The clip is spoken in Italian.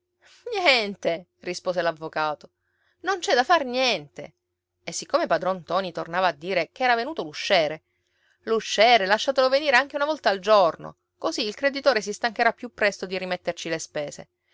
niente rispose l'avvocato non c'è da far niente e siccome padron ntoni tornava a dire che era venuto l'usciere l'usciere lasciatelo venire anche una volta al giorno così il creditore si stancherà più presto di rimetterci le spese